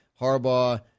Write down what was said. Harbaugh